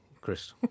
Chris